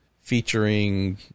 featuring